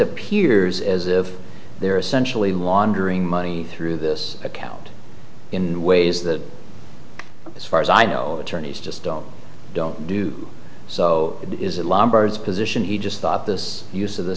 appears as if they're essentially laundering money through this account in ways that as far as i know attorneys just don't do so is it lumbers position he just thought this use of th